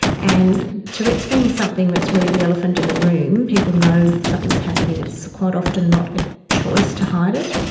and tourette's being something that's really the elephant in the room, people know that something is happening, it's quite often not a choice to hide it,